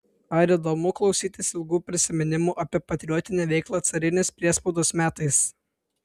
ar įdomu klausytis ilgų prisiminimų apie patriotinę veiklą carinės priespaudos metais